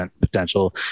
potential